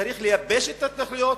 צריך לייבש את ההתנחלויות,